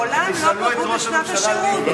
מעולם לא פגעו בשנת השירות.